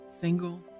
single